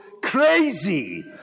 crazy